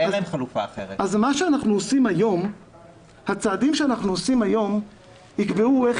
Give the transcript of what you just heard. הצעדים שאנחנו עושים היום יקבעו איך